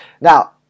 now